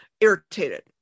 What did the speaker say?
irritated